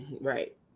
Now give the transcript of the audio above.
right